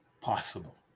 possible